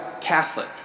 Catholic